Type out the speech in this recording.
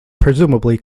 presumably